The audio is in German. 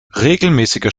regelmäßiger